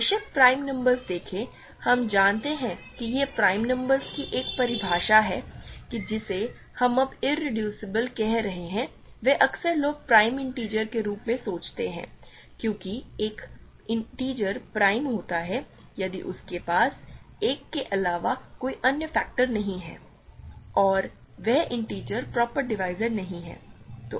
बेशक prime numbers देखें हम जानते हैं कि यह प्राइम नंबर्स की एक परिभाषा है कि जिसे हम अब इरेड्यूसिबल कह रहे हैं वह अक्सर लोग प्राइम इंटिजर के रूप में सोचते हैं क्योंकि एक इंटिजर प्राइम होता है यदि उसके पास एक के अलावा कोई अन्य फैक्टर नहीं है और वह इंटिजर प्रॉपर डिवीज़र नहीं हैं